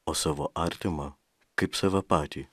o savo artimą kaip save patį